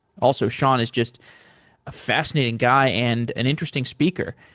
also, shawn is just a fascinating guy and an interesting speaker.